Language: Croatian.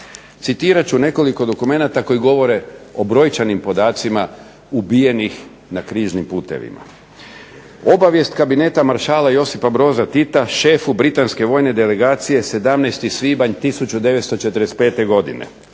Citirat ću nekoliko dokumenata koji govore o brojčanim podacima ubijenih na križnim putevima. Obavijest Kabineta maršala Josipa Broza Tita šefu Britanske vojne delegacije 17. svibanj 1945. godine: